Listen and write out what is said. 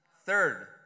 third